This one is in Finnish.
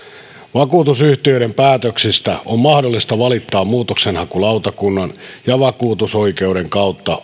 vakuutusyhtiöiden päätöksistä on mahdollista valittaa muutoksenhakulautakunnan ja vakuutusoikeuden kautta